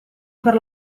per